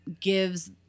gives